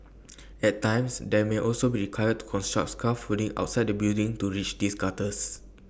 at times they may also be required to construct scaffolding outside the building to reach these gutters